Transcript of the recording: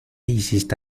hiciste